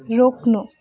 रोक्नु